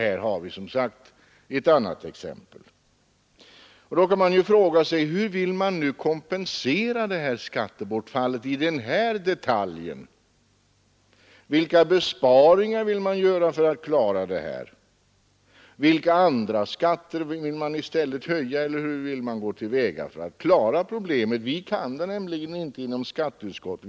Här har vi, som sagt, ett annat exempel. Hur vill man nu kompensera skattebortfallet i den här detaljen? Vilka besparingar vill man göra? Vilka andra skatter vill man i stället höja? Hur vill man gå till väga för att klara problemet? Vi kan det nämligen inte inom skatteutskottet.